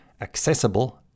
accessible